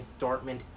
Dortmund